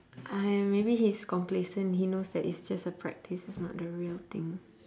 uh maybe he's complacent he knows that it's just a practice it's not the real thing